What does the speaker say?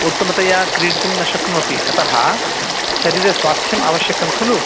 उत्तमतया क्रीडितुं न शक्नोति अतः शरीरस्वास्थ्यम् आवश्यकं खलु